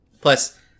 plus